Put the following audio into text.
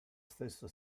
stesso